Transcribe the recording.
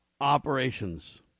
operations